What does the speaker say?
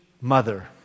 mother